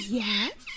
yes